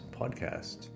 podcast